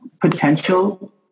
potential